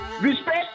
Respect